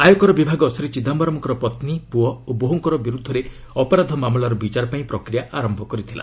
ଆୟକର ବିଭାଗ ଶ୍ରୀ ଚିଦାମ୍ଭରମ୍ଙ୍କ ପତ୍ନୀ ପୁଅ ଓ ବୋହ୍କଙ୍କ ବିରୁଦ୍ଧରେ ଅପରାଧ ମାମଲାର ବିଚାର ପାଇଁ ପ୍ରକ୍ରିୟା ଆରମ୍ଭ କରିଥିଲା